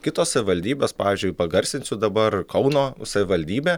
kitos savivaldybės pavyzdžiui pagarsinsiu dabar kauno savivaldybę